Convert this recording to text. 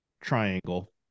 triangle